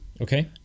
Okay